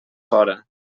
fora